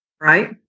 right